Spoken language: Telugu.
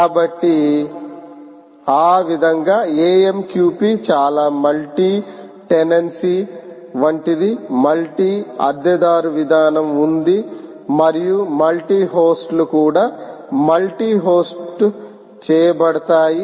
కాబట్టి ఆ విధంగా AMQP చాలా మల్టీ టెనెన్సీ వంటిది మల్టీ అద్దెదారు విధానం ఉంది మరియు మల్టీ హోస్ట్లు కూడా మల్టీ హోస్ట్ చేయబడతాయి